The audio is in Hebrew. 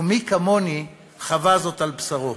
ומי כמוני חווה זאת על בשרו.